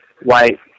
white